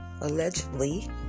allegedly